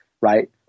right